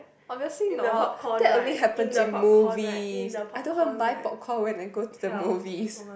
obviously not that only happen in movies I don't even buy popcorn when I go to the movies